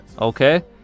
Okay